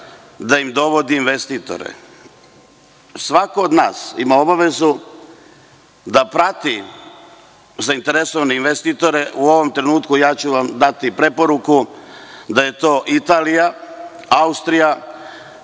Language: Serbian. dovede investitore. Svako od nas ima obavezu da prati zainteresovane investitore. U ovom trenutku ću vam dati preporuku da je to Italija, Austrija,